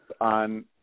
on